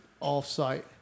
off-site